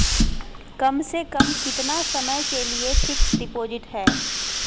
कम से कम कितना समय के लिए फिक्स डिपोजिट है?